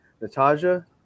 Natasha